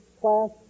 class